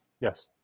Yes